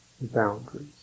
boundaries